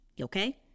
okay